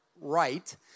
right